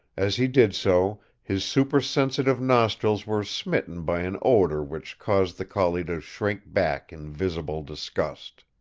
as he did so his supersensitive nostrils were smitten by an odor which caused the collie to shrink back in visible disgust.